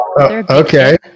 Okay